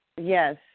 Yes